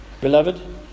Beloved